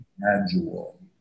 gradual